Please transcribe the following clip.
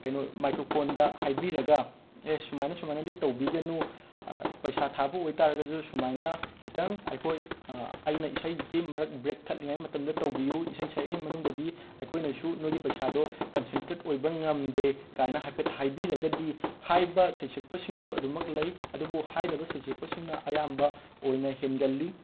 ꯀꯩꯅꯣ ꯃꯥꯏꯀ꯭ꯊꯣꯐꯣꯟꯗ ꯍꯥꯏꯕꯤꯔꯒ ꯑꯦ ꯁꯨꯃꯥꯢꯅ ꯁꯨꯃꯥꯏꯅꯗꯤ ꯇꯧꯕꯤꯒꯅꯨ ꯄꯩꯁꯥ ꯊꯥꯕ ꯑꯣꯏꯇꯥꯔꯒꯁꯨ ꯁꯨꯃꯥꯏꯅ ꯈꯤꯇꯪ ꯑꯩꯈꯣꯏ ꯑꯩꯅ ꯏꯁꯩꯒꯤ ꯃꯔꯛ ꯕ꯭ꯔꯦꯛ ꯊꯠꯂꯤꯉꯩ ꯃꯇꯜꯗ ꯇꯧꯕꯤꯌꯨ ꯏꯁꯩ ꯁꯛꯏꯉꯩ ꯃꯅꯨꯡꯗꯗꯤ ꯑꯩꯈꯣꯏꯅꯁꯨ ꯅꯣꯏꯒꯤ ꯄꯩꯁꯥꯗꯨ ꯀꯟꯁꯦꯟꯇ꯭ꯔꯠ ꯑꯣꯏꯕ ꯉꯝꯗꯦ ꯀꯥꯏꯅ ꯍꯥꯢꯐꯦꯠ ꯍꯥꯏꯕꯤꯔꯒꯗꯤ ꯍꯥꯏꯕ ꯁꯩꯁꯛꯄꯁꯤꯡꯁꯨ ꯑꯗꯨꯝ ꯂꯩ ꯑꯗꯨꯕꯨ ꯍꯥꯏꯗꯕ ꯁꯩꯁꯛꯄꯁꯤꯡꯅ ꯑꯌꯥꯝꯕ ꯑꯣꯏꯅ ꯍꯦꯟꯒꯜꯂꯤ